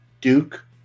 Duke